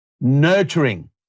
nurturing